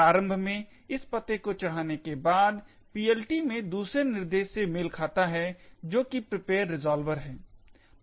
प्रारंभ में इस पते को चढाने के बाद PLT में दूसरे निर्देश से मेल खाता है जो कि प्रिपेयर रिज़ॉल्वर है